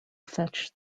fetch